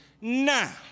now